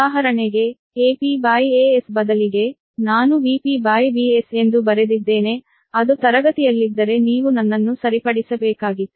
ಉದಾಹರಣೆಗೆ EpEs ಬದಲಿಗೆ ನಾನು VpVs ಎಂದು ಬರೆದಿದ್ದೇನೆ ಅದು ತರಗತಿಯಲ್ಲಿದ್ದರೆ ನೀವು ನನ್ನನ್ನು ಸರಿಪಡಿಸಬೇಕಾಗಿತ್ತು